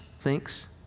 thinks